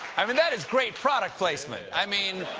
i mean, that is great product placement. i mean,